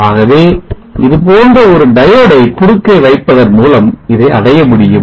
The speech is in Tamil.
ஆகவே இதுபோன்ற ஒரு Diode டை குறுக்கே வைப்பதன் மூலம் இதை அடைய முடியும்